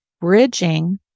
bridging